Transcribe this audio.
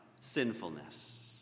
sinfulness